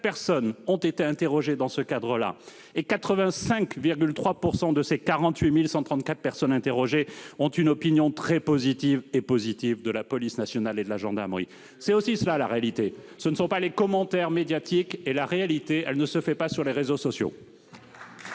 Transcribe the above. personnes ont été interrogées dans ce cadre, et 85,3 % d'entre elles ont une opinion très positive ou positive de la police nationale et de la gendarmerie. C'est cela la réalité, ce ne sont pas les commentaires médiatiques. La réalité, elle ne se fait pas sur les réseaux sociaux